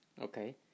Okay